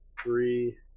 Three